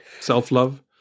Self-love